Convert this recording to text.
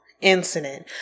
incident